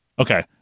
Okay